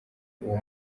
uwo